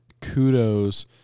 Kudos